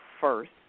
first